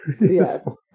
Yes